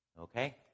Okay